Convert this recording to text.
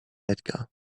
edgar